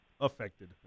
affected